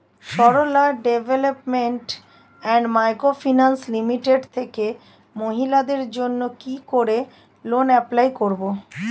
Sarala development and micro finance limited থেকে মহিলাদের জন্য কি করে লোন এপ্লাই করব?